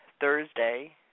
Thursday